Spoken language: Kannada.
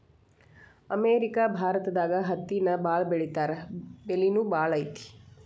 ಅಮೇರಿಕಾ ಭಾರತದಾಗ ಹತ್ತಿನ ಬಾಳ ಬೆಳಿತಾರಾ ಬೆಲಿನು ಬಾಳ ಐತಿ